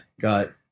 got